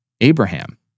Abraham